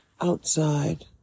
outside